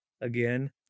Again